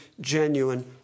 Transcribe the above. genuine